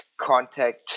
contact